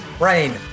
Rain